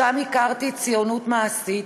שם הכרתי ציונות מעשית,